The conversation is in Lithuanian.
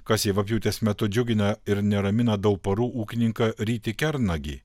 kas javapjūtės metu džiugina ir neramina dauparų ūkininką rytį kernagį